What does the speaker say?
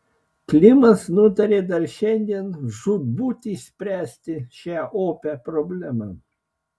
klimas nutarė dar šiandien žūtbūt išspręsti šią opią problemą